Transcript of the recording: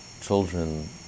children